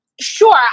Sure